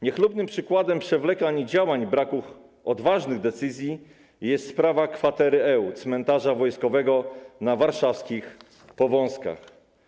Niechlubnym przykładem przewlekania działań i braku odważnych decyzji jest sprawa kwatery Ł Cmentarza Wojskowego na warszawskich Powązkach.